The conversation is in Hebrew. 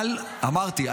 אבל אמרתי,